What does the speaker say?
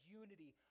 unity